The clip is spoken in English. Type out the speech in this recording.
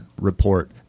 report